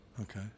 Okay